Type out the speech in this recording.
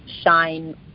shine